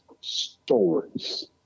stories